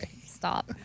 Stop